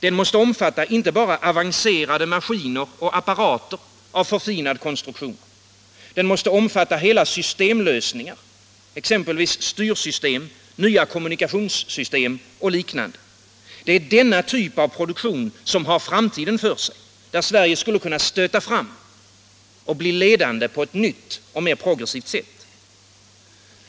Denna måste omfatta inte bara avancerade maskiner och apparater av förfinad konstruktion utan hela systemlösningar, exempelvis styrsystem, nya kommunikationssystem och liknande. Det är denna typ av produktion som har framtiden för sig. Med en sådan skulle Sverige kunna göra snabba framsteg och bli ledande på ett nytt och mer progressivt sätt.